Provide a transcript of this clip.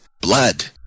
blood